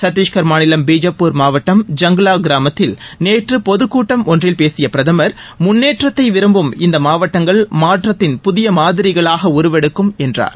சத்தீஸ்கர் மாநிலம் பிஜப்பூர் மாவட்டம் ஜாங்லா கிராமத்தில் நேற்று பொதுக் கூட்டம் ஒன்றில் பேசிய பிரதமர் முன்னேற்றத்தை விரும்பும் இந்த மாவட்டங்கள் மாற்றத்தின் புதிய மாதிரிகளாக உருவெடுக்கும் என்றார்